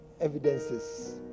Evidences